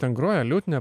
ten groja liutnia